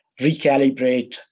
recalibrate